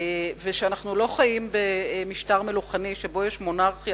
ושאנחנו לא חיים במשטר מלוכני שבו יש מונרכיה